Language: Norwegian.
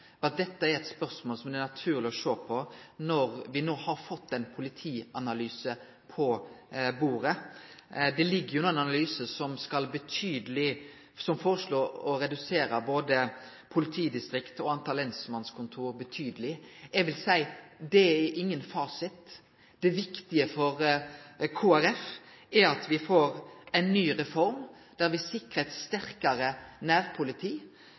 at dette er eit spørsmål det er naturleg å sjå på når vi no har fått ein politianalyse på bordet. I analysen foreslår ein å redusere både politidistrikt og talet på lensmannskontor betydeleg. Eg vil seie at det ikkje er nokon fasit. Det viktige for Kristeleg Folkeparti er at me får ei ny reform der me sikrar eit sterkare nærpoliti